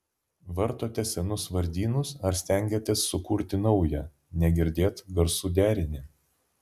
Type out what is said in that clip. vartote senus vardynus ar stengiatės sukurti naują negirdėt garsų derinį